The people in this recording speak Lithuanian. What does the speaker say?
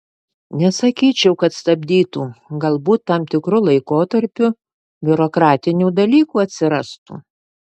nesakyčiau kad stabdytų galbūt tam tikru laikotarpiu biurokratinių dalykų atsirastų